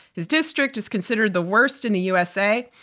his district is considered the worst in the usa.